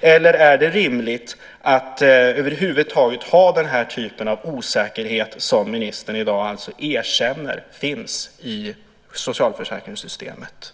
Eller är det rimligt att över huvud taget ha den här typen av osäkerhet som ministern i dag erkänner finns i socialförsäkringssystemet?